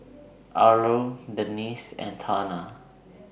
Arlo Denisse and Tana